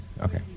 Okay